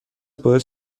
باعث